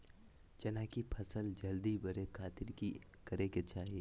चना की फसल जल्दी बड़े खातिर की करे के चाही?